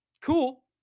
Cool